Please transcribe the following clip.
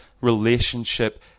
relationship